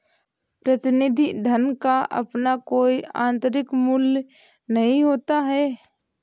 प्रतिनिधि धन का अपना कोई आतंरिक मूल्य नहीं होता है